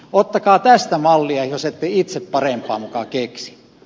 ottakaa tästä mallia jos ette itse parempaa muka keksi